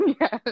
Yes